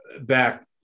back